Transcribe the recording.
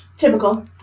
Typical